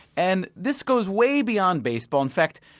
and this goes way beyond baseball in fact,